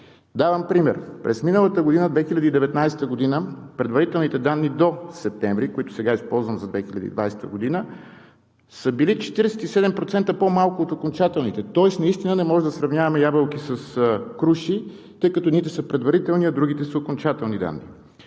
Давам пример: през 2019 г. предварителните данни до септември, които сега използвам за 2020 г., са били с 47% по малко от окончателните, тоест наистина не може да сравняваме ябълки с круши, тъй като едните са предварителни данни, а другите са окончателни.